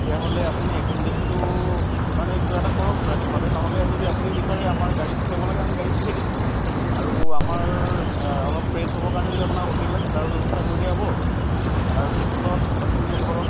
তেতিয়াহ'লে আপুনি একোমোদেচনটোৰ কাৰণে কিবা এটা কৰক ৰাতিপুৱাতে নহ'লে যদি আপুনি বিচাৰে আমাৰ গাড়ী পঠিয়াব লাগে আমি গাড়ী পঠিয়াই দিম আৰু আমাৰ অলপ ফ্ৰেছ হ'বৰ কাৰণে যদি আপোনাক হোটেল লাগে তাৰ ব্যৱস্থা কৰি দিয়া হ'ব তাৰ পিছত আপুনি ধৰক